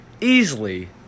easily